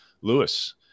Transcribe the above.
Lewis